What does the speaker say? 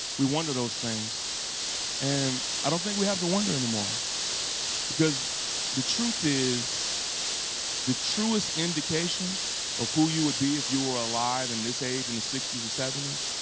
we wonder those things and i don't think we have to wonder anymore because the truth is the truest indication of who you would be if you were alive in this age, in the sixty s or seventy s,